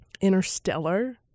Interstellar